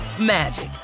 magic